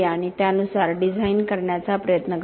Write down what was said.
आणि त्यानुसार डिझाइन करण्याचा प्रयत्न करा